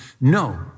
no